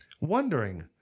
wondering